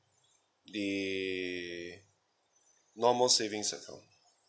the normal savings account